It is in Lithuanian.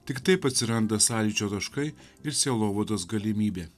tik taip atsiranda sąlyčio taškai ir sielovados galimybė